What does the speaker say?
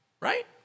right